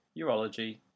urology